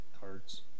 cards